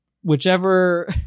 whichever